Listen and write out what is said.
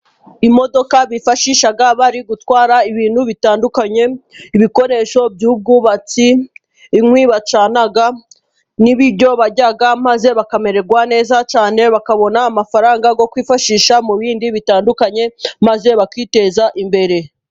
Imodoka bifashisha bari gutwara ibintu bitandukanye, ibikoresho by'ubwubatsi, inkwi bacana, n'ibiryo barya, maze bakamererwa neza cyane, bakabona amafaranga yo kwifashisha mu bindi bitandukanye maze bakiteza imbere.